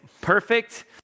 perfect